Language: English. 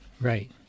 Right